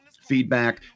feedback